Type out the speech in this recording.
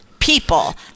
people